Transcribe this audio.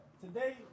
Today